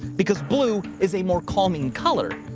because blue is a more calming color.